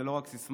זו לא רק סיסמה,